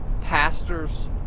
pastors